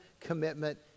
commitment